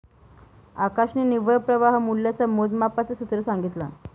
आकाशने निव्वळ प्रवाह मूल्याच्या मोजमापाच सूत्र सांगितला